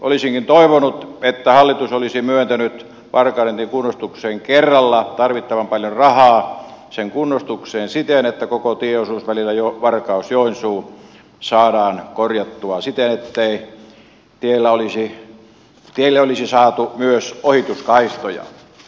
olisinkin toivonut että hallitus olisi myöntänyt varkaudentien kunnostukseen kerralla tarvittavan paljon rahaa siten että koko tieosuus välillä varkausjoensuu olisi saatu korjattua siten että tielle olisi saatu myös ohituskaistoja